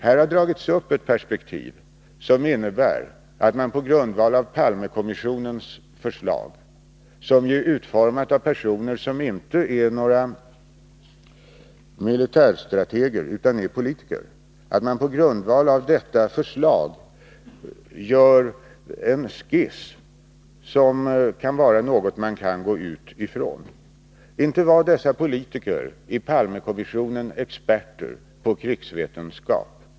Här har dragits upp ett perspektiv som innebär att man på grundval av Palmekommissionens förslag, som ju är utformat av personer som inte är några militärstrateger utan politiker, gör en skiss som kan vara något att gå ut ifrån. Inte var dessa politiker i Palmekommissionen experter på krigsvetenskap!